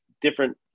different